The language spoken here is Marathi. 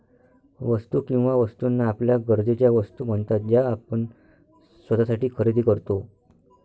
वस्तू किंवा वस्तूंना आपल्या गरजेच्या वस्तू म्हणतात ज्या आपण स्वतःसाठी खरेदी करतो